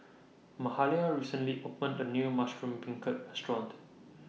Mahalia recently opened A New Mushroom Beancurd Restaurant